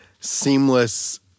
seamless